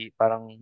parang